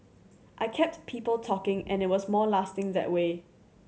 I kept people talking and it was more lasting that way